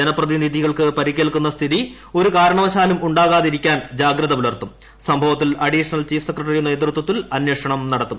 ജനപ്രതിനിധികൾക്ക് പരിക്കേൽക്കുന്ന സ്ഥിതി ഒരു കാരണവശാലും ഉണ്ടാകാതിരിക്കാൻ ജാഗ്രത പുലർത്തും സംഭവത്തിൽ അഡീഷണൽ ചീഫ് സെക്രട്ടറിയുടെ നേതൃത്വത്തിൽ അന്വേഷണം നടത്തും